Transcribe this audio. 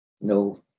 no